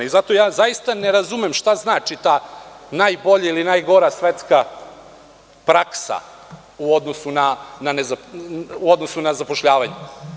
Zato zaista ne razumem šta znači ta najbolja ili najgora svetska praksa u odnosu na zapošljavanje.